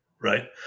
right